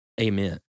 Amen